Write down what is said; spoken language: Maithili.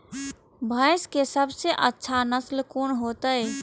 भैंस के सबसे अच्छा नस्ल कोन होते?